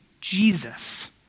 Jesus